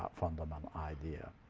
ah fundamental idea.